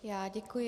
Já děkuji.